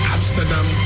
Amsterdam